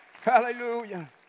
Hallelujah